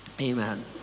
Amen